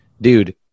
dude